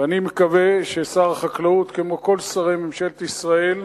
ואני מקווה ששר החקלאות, כמו כל שרי ממשלת ישראל,